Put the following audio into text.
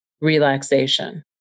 relaxation